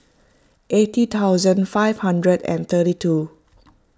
eighty thousand five hundred and thirty two